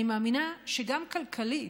אני מאמינה שגם כלכלית,